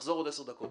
תחזור בעוד 10 דקות.